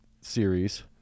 series